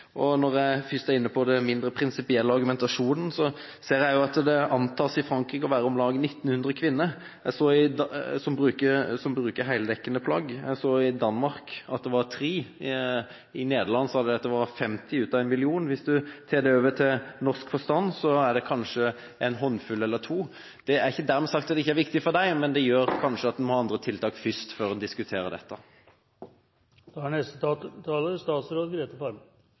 det. Når jeg først er inne på den mindre prinsipielle argumentasjonen, ser jeg at man antar at det i Frankrike er om lag 1 900 kvinner som bruker heldekkende plagg, i Danmark er det tre, og i Nederland sa de at det er femti av en million. Hvis en overfører det til norske forhold, er det kanskje en håndfull eller to her. Det er ikke dermed sagt at det ikke er viktig for dem, men det betyr at man må ha andre tiltak først – før en diskuterer